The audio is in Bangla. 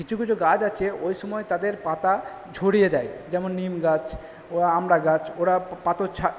কিছু কিছু গাছ আছে ওইসময় তাদের পাতা ঝরিয়ে দেয় যেমন নিম গাছ ও আমড়া গাছ ওরা